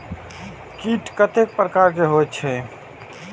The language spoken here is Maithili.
कीट कतेक प्रकार के होई छै?